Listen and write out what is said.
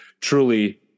truly